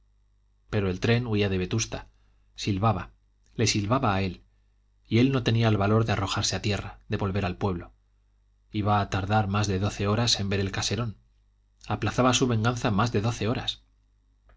pero el tren huía de vetusta silbaba le silbaba a él y él no tenía el valor de arrojarse a tierra de volver al pueblo iba a tardar más de doce horas en ver el caserón aplazaba su venganza más de doce horas